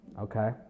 okay